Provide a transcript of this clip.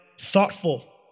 thoughtful